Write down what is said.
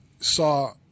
Saw